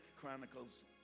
Chronicles